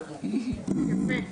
יפה.